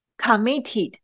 committed